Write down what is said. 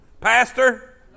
Pastor